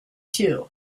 two